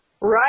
Right